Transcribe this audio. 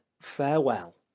farewell